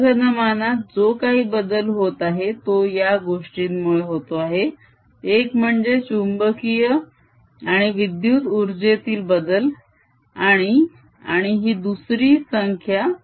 या घनमानात जो काही बदल होत आहे तो या गोष्टींमुळे होतो आहे एक म्हणजे चुंबकीय आणि विद्युत उर्जेतील बदल आणि आणि ही दुसरी संख्या